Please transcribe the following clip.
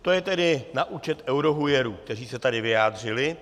To je tedy na účet eurohujerů, kteří se tady vyjádřili.